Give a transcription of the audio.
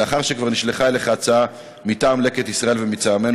לאחר שכבר נשלחה אליך הצעה מטעם "לקט ישראל" ומטעמנו,